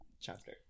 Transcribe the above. chapter